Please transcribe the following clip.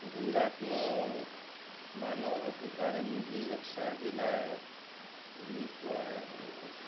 गुजरात में मानव अधिकारनि जी रक्षा जे लाइ जेको आहे उहो